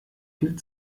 viel